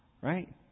Right